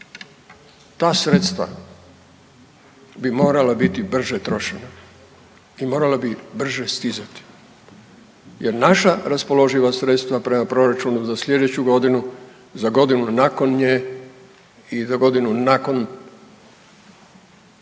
ta sredstva bi morala biti brže trošena i morala bi brže stizati jer naša raspoloživa sredstva prema proračunu za sljedeću godinu, za godinu nakon nje i za godinu nakon,